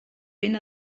ben